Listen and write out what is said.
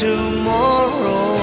Tomorrow